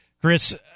Chris